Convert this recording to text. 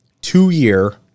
Two-year